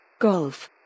Golf